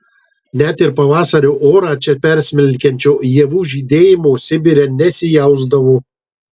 net ir pavasario orą čia persmelkiančio ievų žydėjimo sibire nesijausdavo